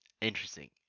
interesting